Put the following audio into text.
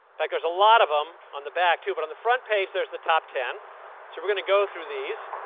fact, there's lot of them on the back, too, but on the front page, there's the top ten. so we're going to go through these.